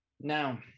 Now